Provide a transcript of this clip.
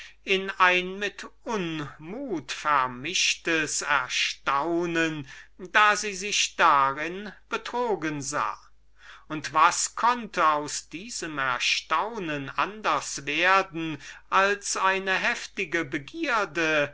in ein mit unmut vermischtes erstaunen da sie sich darin betrogen sah und was konnte aus diesem erstaunen anders werden als eine heftige begierde